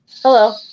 Hello